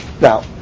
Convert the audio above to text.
now